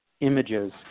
images